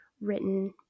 written